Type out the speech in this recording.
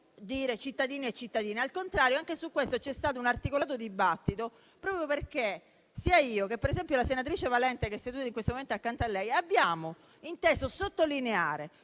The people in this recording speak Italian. dire "cittadini e cittadine". Al contrario, anche su questo c'è stato un articolato dibattito, proprio perché sia io che ad esempio la senatrice Valente, che è seduta in questo momento accanto a lei, abbiamo inteso sottolineare